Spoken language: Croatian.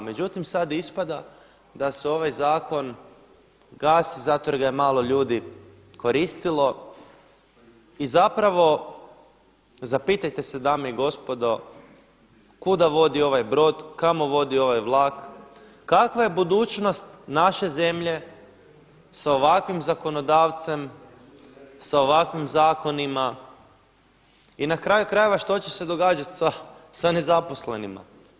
Međutim, sad ispada da se ovaj zakon gasi zato jer ga je malo ljudi koristilo i zapravo zapitajte se dame i gospodo kuda vodi ovaj brod, kamo vodi ovaj vlak, kakva je budućnost naše zemlje sa ovakvim zakonodavcem, sa ovakvim zakonima i na kraju krajeva što će se događati sa nezaposlenima?